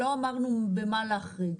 לא אמרנו במה להחריג.